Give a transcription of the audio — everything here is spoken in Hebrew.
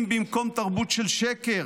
אם במקום תרבות של שקר